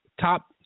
Top